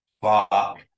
Fuck